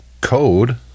code